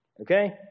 Okay